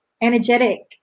energetic